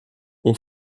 ont